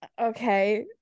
Okay